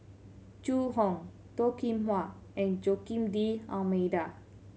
Zhu Hong Toh Kim Hwa and Joaquim D'Almeida